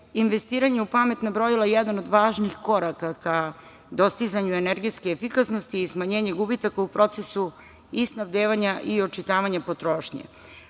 investiranje u pametna brojila jedan od važnih koraka ka dostizanju energetske efikasnosti i smanjenju gubitaka u procesu i snabdevanja i očitavanja